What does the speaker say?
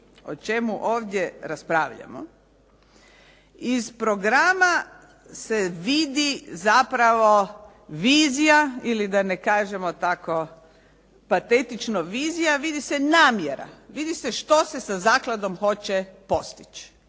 o čemu ovdje raspravljamo, iz programa se vidi zapravo vizija, ili da ne kažemo tako patetično, vizija vidi se namjera, vidi se što se sa zakladom hoće postići.